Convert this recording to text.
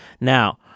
Now